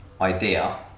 idea